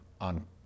on